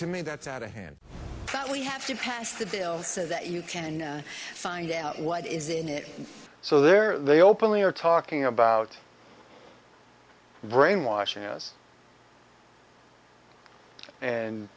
to me that's not a hand we have to pass the bill so that you can find out what is in it so there they openly are talking about brainwashing us and